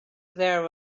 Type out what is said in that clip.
there